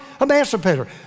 emancipator